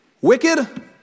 Wicked